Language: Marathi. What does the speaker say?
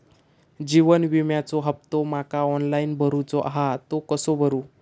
जीवन विम्याचो हफ्तो माका ऑनलाइन भरूचो हा तो कसो भरू?